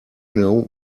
know